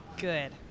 Good